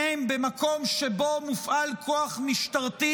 אתם במקום לבוא ולהגיד,